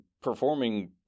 performing